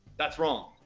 that's wrong.